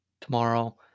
tomorrow